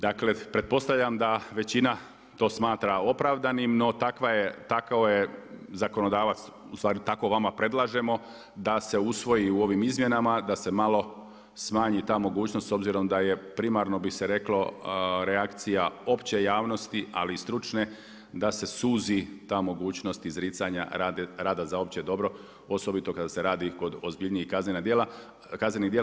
Dakle, pretpostavljam da većina to smatra opravdanim, no tako je zakonodavac, u stvari tako vama predlažemo da se usvoji u ovim izmjenama, da se malo smanji ta mogućnost s obzirom da je primarno bi se reklo reakcija opće javnosti, ali i stručne da se suzi ta mogućnost izricanja rada za opće dobro osobito kada se radi kod ozbiljnijih kaznenih djela.